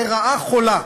זו רעה חולה.